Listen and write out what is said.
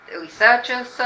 researchers